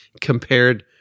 compared